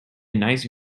nice